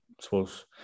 suppose